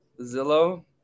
Zillow